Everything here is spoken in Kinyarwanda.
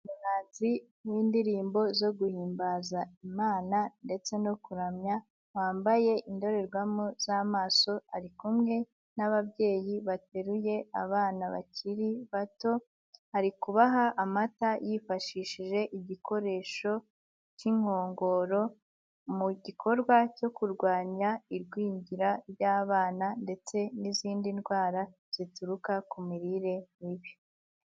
Umuhanzi w'indirimbo zo guhimbaza Imana ndetse no kuramya, wambaye indorerwamo z'amaso, ari kumwe n'ababyeyi bateruye abana bakiri bato, ari kubaha amata yifashishije igikoresho cy'inkongoro, mu gikorwa cyo kurwanya igwingira ry'abana ndetse n'izindi ndwara zituruka ku mirire mibi.